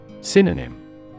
Synonym